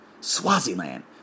Swaziland